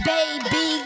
Baby